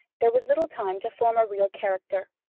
there was little time to form a real character.